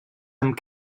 amb